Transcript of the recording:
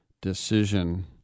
decision